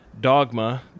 dogma